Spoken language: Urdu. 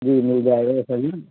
جی مل جائے گا سا ہی